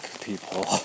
people